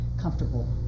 comfortable